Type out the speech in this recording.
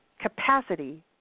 capacity